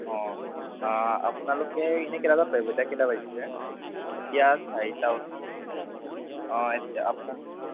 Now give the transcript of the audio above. অ আপোনালোকে এনে কেইটা বজাত পাৰিব এতিয়া কেইটা বাজিছে এতিয়া চাৰিটা অ এতিয়া আপোনালোক